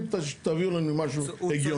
אם תביאו לי משהו הגיוני, נאשר אותו.